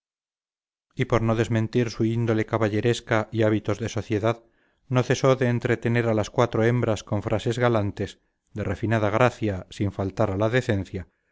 y por no desmentir su índole caballeresca y hábitos de sociedad no cesó de entretener a las cuatro hembras con frases galantes de refinada gracia sin faltar a la decencia